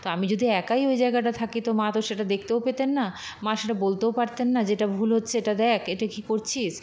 তা আমি যদি একাই ওই জায়গাটায় থাকি তো মা তো সেটা দেখতেও পেতেন না মা সেটা বলতেও পারতেন না যে এটা ভুল হচ্ছে এটা দেখ এটা কী করছিস